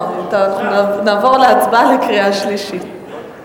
אנחנו נעבור להצבעה בקריאה שלישית.